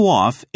off